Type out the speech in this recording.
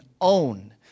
own